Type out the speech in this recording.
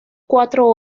cuatro